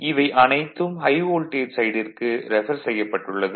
இவை அனைத்தும் high voltage சைடிற்கு ரெஃபர் செய்யப்பட்டுள்ளது